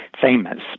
famous